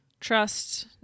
Trust